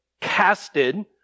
casted